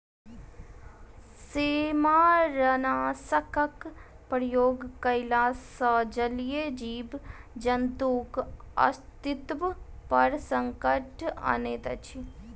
सेमारनाशकक प्रयोग कयला सॅ जलीय जीव जन्तुक अस्तित्व पर संकट अनैत अछि